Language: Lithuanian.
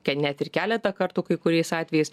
ke net ir keletą kartų kai kuriais atvejais